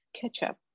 ketchup